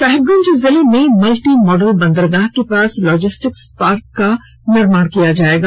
साहेबगंज जिले में मल्टीमॉडल बंदरगाह के पास लॉजिस्टिक पार्क का निर्माण किया जाएगा